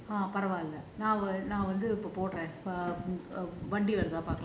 பரவால்ல நான் வந்து இப்போ போடுறேன் வண்டி வருதா பாக்கலாம்:paravalla naan vanthu ippo poduraen vandi vanthaa paakalaam